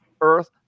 earth